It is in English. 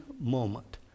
moment